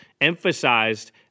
emphasized